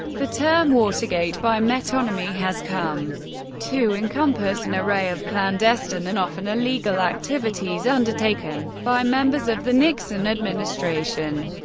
the term watergate, by metonymy, has come to encompass an array of clandestine and often illegal activities undertaken by members of the nixon administration.